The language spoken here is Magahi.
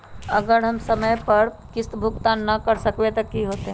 अगर हम समय पर किस्त भुकतान न कर सकवै त की होतै?